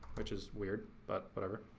which is weird, but whatever.